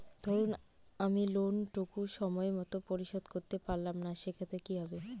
ধরুন আমি লোন টুকু সময় মত পরিশোধ করতে পারলাম না সেক্ষেত্রে কি হবে?